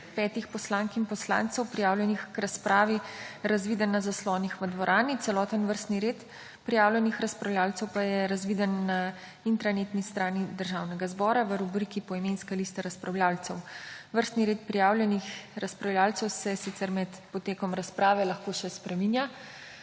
petih poslank in poslancev prijavljenih k razpravi razviden na zaslonih v dvorani. Celotni vrsti red prijavljenih razpravljavcev pa je razviden na internetni spletni strani Državnega zbora v rubriki Poimenska lista razpravljavcev. Vrsti red prijavljenih razpravljavcev se med potekom razprave lahko spreminja.